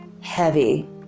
heavy